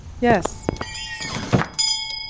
Yes